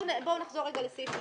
אפשר לקרוא גם את הסעיף.